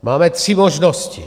Máme tři možnosti.